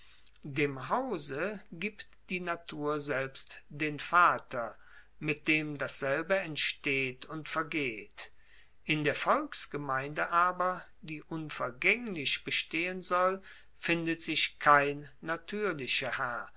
dem hause gibt die natur selbst den vater mit dem dasselbe entsteht und vergeht in der volksgemeinde aber die unvergaenglich bestehen soll findet sich kein natuerlicher herr